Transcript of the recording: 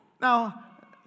Now